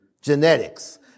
genetics